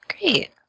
Great